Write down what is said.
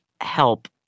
help